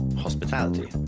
Hospitality